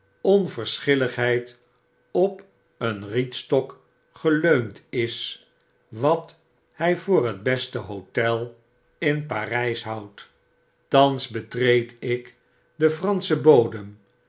onverschilligheid op een rietstok geleund is wat hy voor het beste hotel in parijs houdt thans betreed ik den franschen bodem